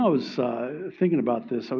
was thinking about this. so